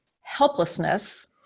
helplessness